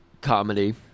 comedy